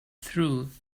through